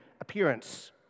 appearance